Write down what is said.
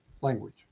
language